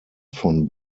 von